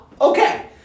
Okay